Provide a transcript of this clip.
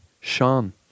Sean